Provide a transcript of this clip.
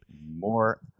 more